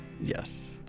Yes